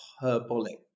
hyperbolic